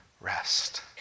rest